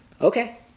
Okay